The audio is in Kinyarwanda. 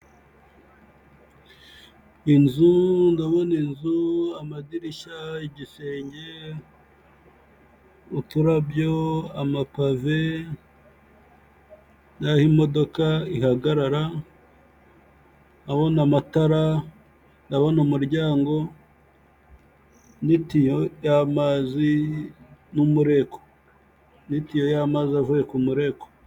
Inzu ndabona inzu, amadirishya, igisenge, uturabyo, amapave n'aho imodoka ihagarara. Ndabona amatara, ndabona umuryango, n'itiyo y'amazi n'umureko, n'itiyo y'amazi avuye ku mureko.